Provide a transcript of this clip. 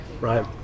Right